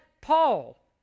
Paul